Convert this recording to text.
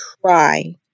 try